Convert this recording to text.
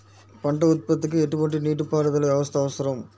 పంట ఉత్పత్తికి ఎటువంటి నీటిపారుదల వ్యవస్థ అవసరం?